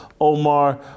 Omar